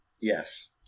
Yes